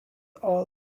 all